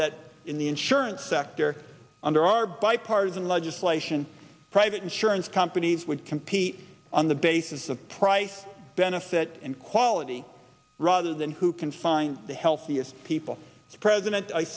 that in the insurance sector under our bipartisan legislation private insurance companies would compete on the basis of price benefit and quality rather than who can find the healthiest people the president i